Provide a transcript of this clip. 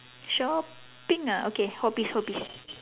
shopping ah okay hobbies hobbies